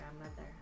grandmother